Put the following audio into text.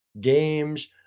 games